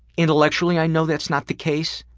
intellectually i know that's not the case,